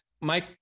Mike